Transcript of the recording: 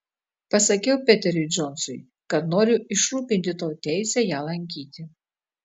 pasakiau peteriui džonsui kad noriu išrūpinti tau teisę ją lankyti